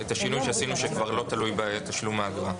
את השינוי שעשינו שכבר לא תלוי בתשלום האגרה.